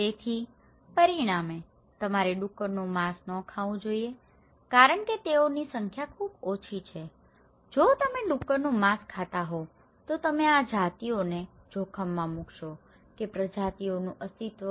તેથી પરિણામે તમારે ડુક્કરનું માંસ ન ખાવું જોઈએ કારણ કે તેઓની સંખ્યા ખૂબ ઓછી છે જો તમે ડુક્કરનું માંસ ખાતા હો તો તમે આ જાતિઓને જોખમમાં મૂકશો કે પ્રજાતિઓનું અસ્તિત્વ